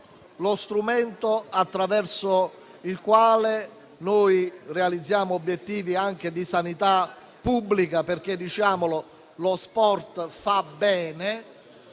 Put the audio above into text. lo strumento attraverso il quale realizziamo anche obiettivi di sanità pubblica, perché - diciamolo - lo sport fa bene